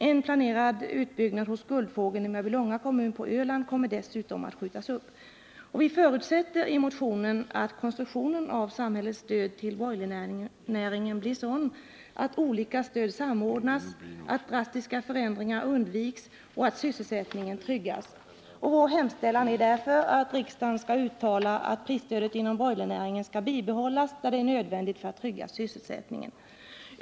En planerad utbyggnad hos Guldfågeln i Mörbylånga kommun kommer dessutom att skjutas upp. Vi förutsätter i motionen att konstruktionen av samhällets stöd till broilernäringen blir sådan att olika stöd samordnas, att drastiska förändringar undviks och att sysselsättningen tryggas. Vår hemställan är därför att riksdagen skall uttala att prisstödet inom broilernäringen skall bibehållas där det är nödvändigt för att trygga sysselsättningen.